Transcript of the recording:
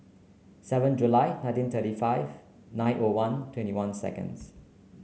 seven July nineteen thirty five nine O one twenty one seconds